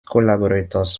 collaborators